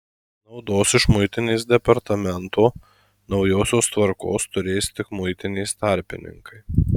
naudos iš muitinės departamento naujosios tvarkos turės tik muitinės tarpininkai